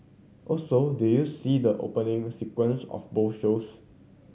also did you see the opening sequence of both shows